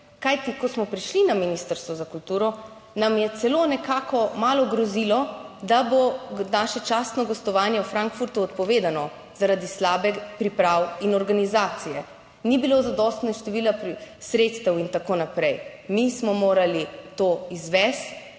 kajti ko smo prišli na Ministrstvo za kulturo, nam je celo nekako malo grozilo, da bo naše častno gostovanje v Frankfurtu odpovedano zaradi slabih priprav in organizacije, ni bilo zadostnega števila sredstev in tako naprej, mi smo morali to izvesti